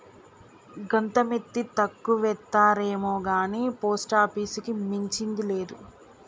గోంత మిత్తి తక్కువిత్తరేమొగాని పోస్టాపీసుని మించింది లేదు